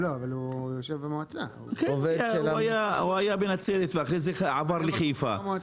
הוא היה בנצרת ואחרי כן עבר לחיפה.